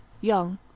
young